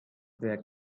their